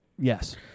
Yes